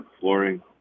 flooring